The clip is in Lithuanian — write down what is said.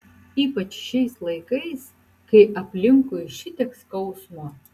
ypač šiais laikais kai aplinkui šitiek skausmo